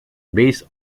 based